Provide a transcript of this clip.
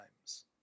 times